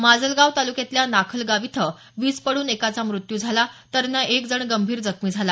माजलगाव तालुक्यातल्या नाखलगाव इथं वीज पडून एकाचा मृत्यू झाला तर अन्य एक जण गंभीर जखमी झाला